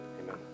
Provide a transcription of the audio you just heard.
Amen